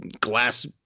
glass